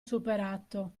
superato